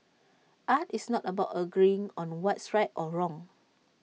art is not about agreeing on what's right or wrong